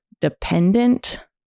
dependent